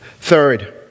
Third